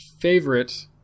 favorite